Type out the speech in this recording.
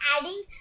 adding